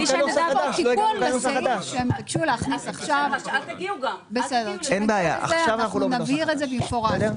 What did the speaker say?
אנחנו נבהיר את זה במפורט.